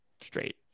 straight